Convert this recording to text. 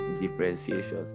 differentiation